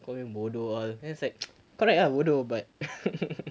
call me bodoh all then I was like correct ah bodoh but